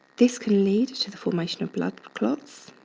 this can lead to the formation of blood clots.